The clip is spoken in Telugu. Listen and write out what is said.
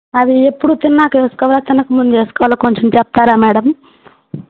అవి ఎప్పుడు తిన్నంక వేసుకోవాలా తినక ముందు వేసుకోవాలా కొంచెం చెప్తారా మేడమ్